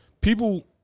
people